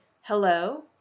Hello